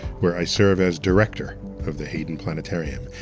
where i serve as director of the hayden planetarium.